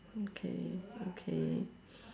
okay okay